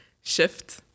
shift